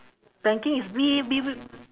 planking is B B